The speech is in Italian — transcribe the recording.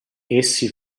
essi